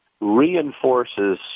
reinforces